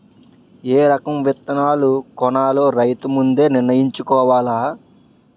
ఏ రకం విత్తనాలు కొనాలో రైతు ముందే నిర్ణయించుకోవాల